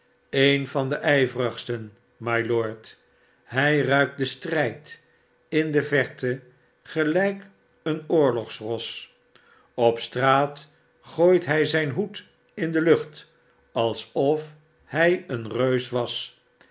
een van de ijverigsten mylord hij ruikt den strijd in de verte gelijk een oorlogsros op straat gooit hij zijn hoed in de lucht alsof hij een reus was